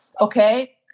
okay